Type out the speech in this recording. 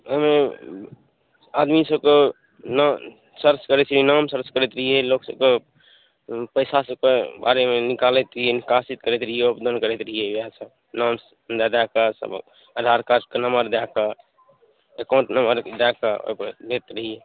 हम आदमी सबके नाम सर्च करैत छी नाम सर्च रहिए लोक सबके पइसा सबके बारेमे निकालैत रहिए निकासी करैत रहिए ओपन करैत रहिए इएहसब नामसँ दऽ कऽ आधार कार्डके नम्बर दऽ कऽ एकाउन्ट नम्बर दऽ कऽ ओकरा लैत रहिए